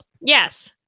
Yes